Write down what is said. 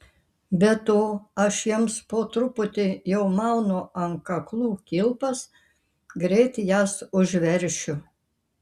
be to aš jiems po truputį jau maunu ant kaklų kilpas greit jas užveršiu